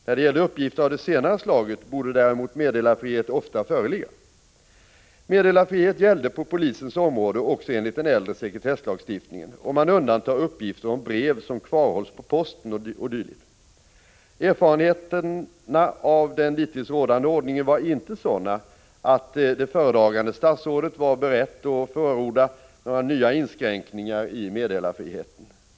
När det gällde uppgifter av det senare slaget borde däremot meddelarfrihet ofta föreligga. Meddelarfrihet gällde på polisens område också enligt den äldre sekretesslagstiftningen, om man undantar uppgifter om brev som kvarhålls på posten o.d. Erfarenheterna av den dittills rådande ordningen var inte sådana att föredragande statsrådet var beredd att förorda några nya inskränkningar i meddelarfriheten.